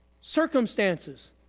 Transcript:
Circumstances